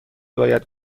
باید